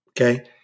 okay